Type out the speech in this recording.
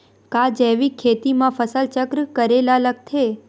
का जैविक खेती म फसल चक्र करे ल लगथे?